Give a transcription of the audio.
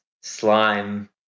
slime